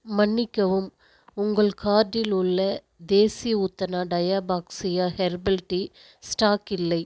மன்னிக்கவும் உங்கள் கார்ட்டில் உள்ள தேசி உத்தனா டயாபாக்ஸ்யா ஹெர்பல் டீ ஸ்டாக் இல்லை